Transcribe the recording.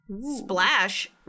Splash